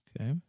Okay